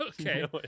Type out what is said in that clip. okay